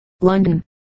London